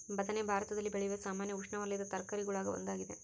ಬದನೆ ಭಾರತದಲ್ಲಿ ಬೆಳೆಯುವ ಸಾಮಾನ್ಯ ಉಷ್ಣವಲಯದ ತರಕಾರಿಗುಳಾಗ ಒಂದಾಗಿದೆ